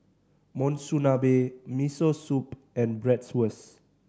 Monsunabe Miso Soup and Bratwurst